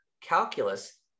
calculus